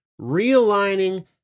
realigning